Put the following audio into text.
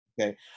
okay